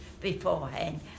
beforehand